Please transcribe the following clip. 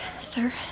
sir